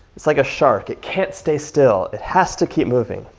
it's like a shark. it can't stay still it has to keep moving.